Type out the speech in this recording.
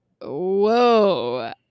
Whoa